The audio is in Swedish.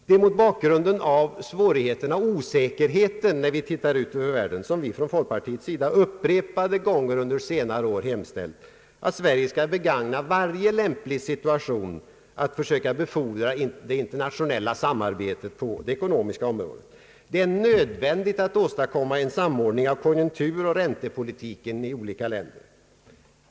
Det är mot bakgrunden av de svårigheter och den osäkerhet som man finner när man tittar ut över världen som vi från folkpartiets sida upprepade gånger under senare år hemställt att Sverige skall begagna varje lämplig situation för att försöka befordra det internationella samarbetet på det ekonomiska området. Det är nödvändigt att åstadkomma en samordning av konjunkturoch räntepolitiken i olika länder.